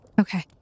Okay